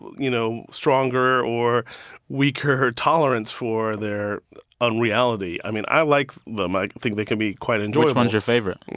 you know, stronger or weaker tolerance for their unreality. i mean, i like them. i think they can be quite enjoyable which one's your favorite?